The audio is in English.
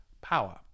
power